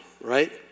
right